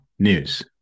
News